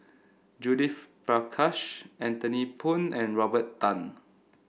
Judith Prakash Anthony Poon and Robert Tan